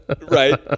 Right